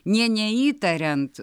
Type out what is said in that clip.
nė neįtariant